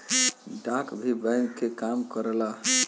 डाक भी बैंक के तरह ही काम करेला